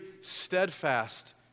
steadfast